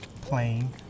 playing